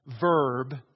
verb